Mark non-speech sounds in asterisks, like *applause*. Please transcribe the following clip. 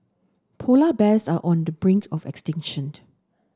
polar bears are on the brink of *unintelligible*